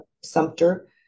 Sumter